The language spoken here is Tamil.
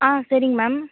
ஆ சரிங்க மேம்